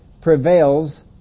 prevails